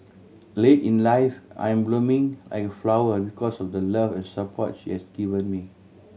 late in life I am blooming like a flower because of the love and support she has given me